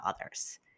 others